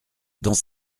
dans